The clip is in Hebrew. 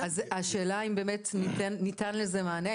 השאלה אם באמת ניתן לזה מענה.